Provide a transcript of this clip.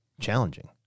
challenging